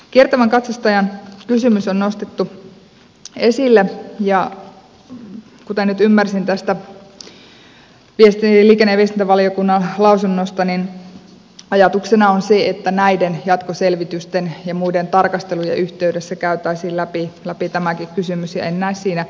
kiertävän katsastajan kysymys on nostettu esille ja kuten nyt ymmärsin tästä liikenne ja viestintävaliokunnan lausunnosta niin ajatuksena on se että näiden jatkoselvitysten ja muiden tarkastelujen yhteydessä käytäisiin läpi tämäkin kysymys ja en näe siinä ongelmaa